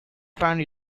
find